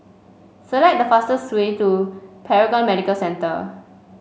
select the fastest way to Paragon Medical Centre